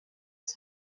was